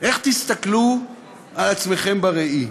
איך תסתכלו על עצמכם בראי?